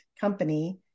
company